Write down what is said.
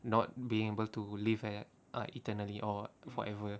not being able to live a~ ah eternally or forever